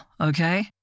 okay